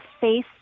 face